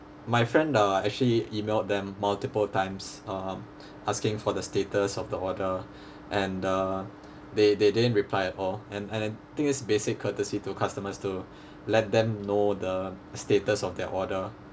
my friend uh actually emailed them multiple times um asking for the status of the order and uh they they didn't reply at all and I I think it's basic courtesy to customers to let them know the status of their order